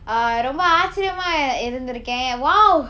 uh ரொம்ப ஆச்சரியமா இருந்துருக்கேன்:romba aaccariyamaa irunturukkaen !wow!